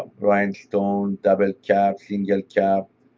um rhinestone, double-capped, single-capped,